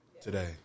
Today